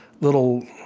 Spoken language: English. little